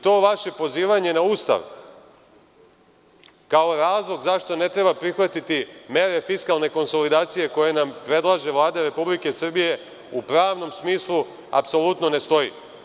To vaše pozivanje na Ustav kao razlog zašto ne treba prihvatiti mere fiskalne konsolidacije koje nam predlaže Vlada Republike Srbije u pravnom smislu apsolutno ne stoji.